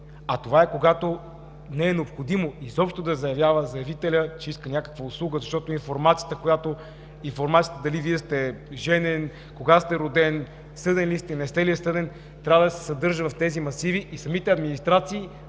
а това е, когато не е необходимо изобщо да заявява заявителя, че иска някаква услуга, защото информацията дали Вие сте женен, кога сте роден, съден ли сте или не сте съден, трябва да се съдържа в тези масиви и самите администрации